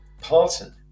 Parton